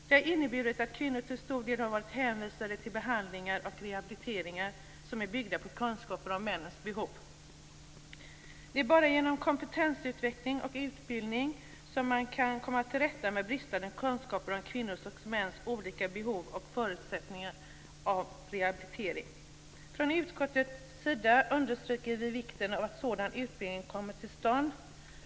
Det har inneburit att kvinnor till stor del har varit hänvisade till behandlingar och rehabiliteringar som är byggda på kunskaper om männens behov. Det är bara genom kompetensutveckling och utbildning som man kan komma till rätta med bristande kunskaper om kvinnors och mäns olika behov och förutsättningar när det gäller rehabilitering. Vi understryker från utskottets sida vikten av att sådan utbildning kommer till stånd.